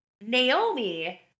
Naomi